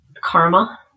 karma